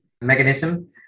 mechanism